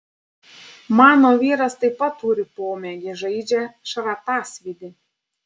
mano vyras taip pat turi pomėgį žaidžia šratasvydį